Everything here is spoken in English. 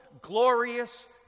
glorious